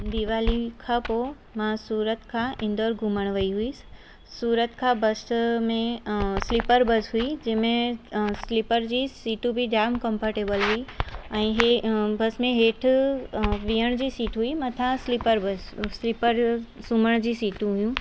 दिवाली खां पोइ मां सूरत खां इन्दौर घुमणु वई हुअसि सूरत खां बस में स्लीपर बस हुई जंहिंमें स्लीपर जी सीटूं बि जाम कंफर्टेबल हुई ऐं इहे बस में हेठि वेहण जी सीट हुई मथां स्लीपर बस स्लीपर सुम्हण जूं सीटूं हुयूं